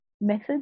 methods